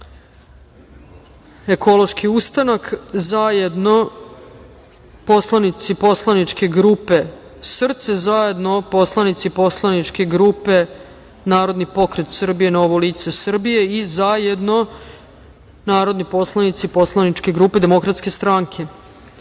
Ekološki ustanak, zajedno poslaničke grupe SRCE, zajedno poslanici grupe Narodni pokret Srbije – Novo lice Srbije, zajedno narodni poslanici poslaničke grupe Demokratske stranke. Stavljam